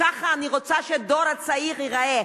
ככה אני רוצה שהדור הצעיר ייראה,